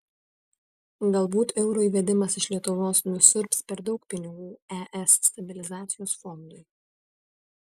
galbūt euro įvedimas iš lietuvos nusiurbs per daug pinigų es stabilizacijos fondui